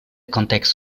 context